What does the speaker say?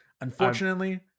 unfortunately